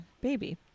baby